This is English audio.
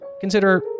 consider